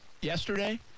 yesterday